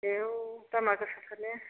आयौ दामा गोसाथार ने